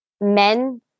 men